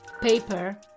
paper